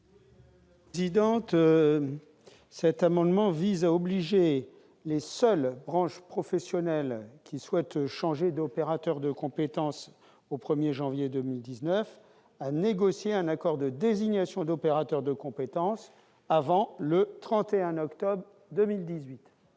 Savary. Cet amendement vise à obliger les seules branches professionnelles souhaitant changer d'opérateur de compétences au 1 janvier 2019 à négocier un accord de désignation d'opérateur de compétences avant le 31 octobre 2018.